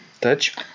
touch